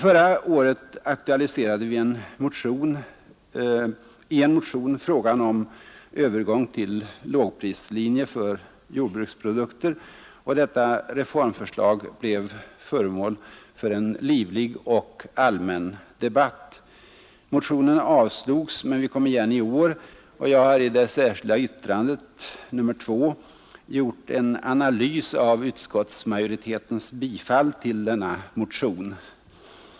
Förra året aktualiserade vi i en motion frågan om övergång till lågprislinje för jordbruksprodukter, och detta reformförslag blev föremål för en livlig och allmän debatt. Motionen avslogs, men vi kom igen i år, och jag har i det särskilda yttrandet 2 gjort en analys av utskottsmajoritetens tillstyrkan av denna motion.